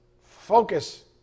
focus